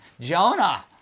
Jonah